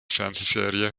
fernsehserie